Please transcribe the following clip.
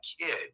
kid